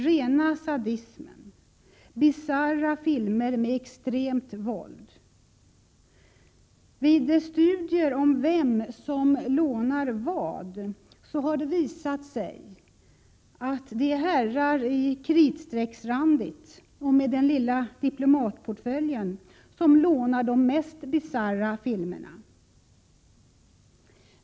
Rena sadismen, bisarra filmer med extremt våld. Vid studier om vem som lånar vad har det visat sig att det är herrar i kritstrecksrandigt och med den lilla diplomatportföljen som lånar de mest bisarra filmerna.